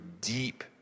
deep